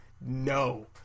no